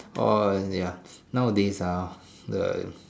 orh ya nowadays ah the